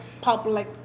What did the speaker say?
public